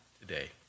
today